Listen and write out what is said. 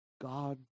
God